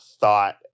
thought